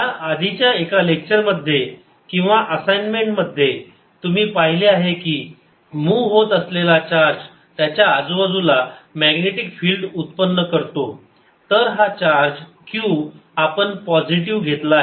या आधीच्या एका लेक्चर मध्ये किंवा असाइनमेंट मध्ये तुम्ही पाहिले आहे की मूव्ह होत असलेला चार्ज त्याच्या आजूबाजूला मॅग्नेटिक फिल्ड उत्पन्न करतो तर हा चार्ज q आपण पॉझिटिव्ह घेतला आहे